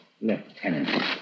Lieutenant